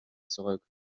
zurück